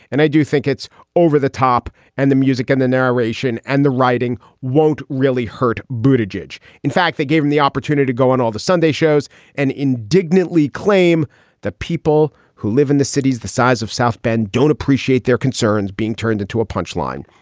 and i do think it's over the top. and the music and the narration and the writing won't really hurt. buti jej. in fact, they gave him the opportunity to go on all the sunday shows and indignantly claim that people who live in the cities the size of south bend don't appreciate their concerns being turned into a punch line.